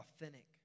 authentic